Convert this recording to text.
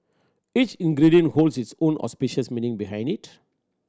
each ingredient holds its own auspicious meaning behind it